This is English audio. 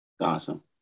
Awesome